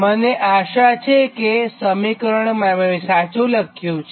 મને આશા છે કે આ સમીકરણ મેં સાચું લખ્યું છે